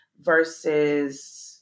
versus